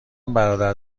برادر